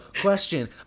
question